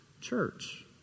church